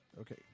Okay